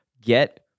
get